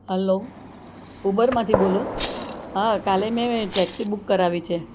hello ઉબરમાંથી બોલો હા કાલે મેં ટેક્સી બુક કરાવી છે